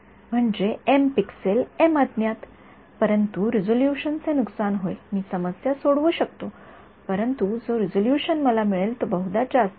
म्हणजे M pixel M अज्ञात परंतु रेसोलुशनचे नुकसान होईल मी समस्या सोडवू शकतो परंतु जो रेसोलुशन मला मिळेल तो बहुदा जास्त होईल